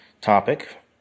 topic